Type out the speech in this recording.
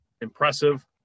impressive